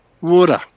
water